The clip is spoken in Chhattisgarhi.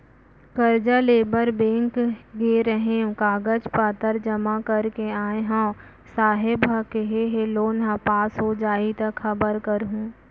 करजा लेबर बेंक गे रेहेंव, कागज पतर जमा कर के आय हँव, साहेब ह केहे हे लोन ह पास हो जाही त खबर करहूँ